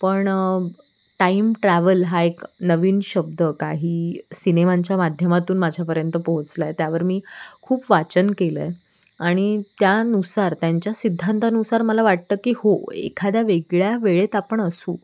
पण time travel हा एक नवीन शब्द काही सिनेमांच्या माध्यमातून माझ्यापर्यंत पोहचला आहे त्यावर मी खूप वाचन केलं आहे आणि त्यानुसार त्यांच्या सिद्धांतानुसार मला वाटतं की हो एखाद्या वेगळ्या वेळेत आपण असू